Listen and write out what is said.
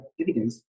evidence